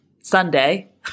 Sunday